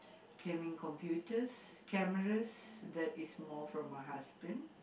can be computers cameras that is more for my husband